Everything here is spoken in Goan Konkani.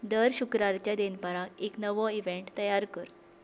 दर शुक्रारच्या देनपारां एक नवो इवेन्ट तयार कर